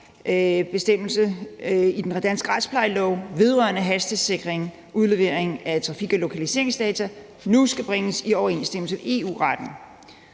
bestemmelser i den danske retsplejelov vedrørende hastesikring og udlevering af trafik- og lokaliseringsdata skal bringes i overensstemmelse med EU-retten.